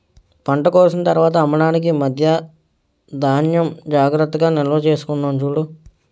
పంట కోసిన తర్వాత అమ్మడానికి మధ్యా ధాన్యం జాగ్రత్తగా నిల్వచేసుకున్నాం చూడు